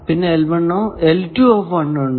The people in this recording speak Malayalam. പിന്നെ ഉണ്ട്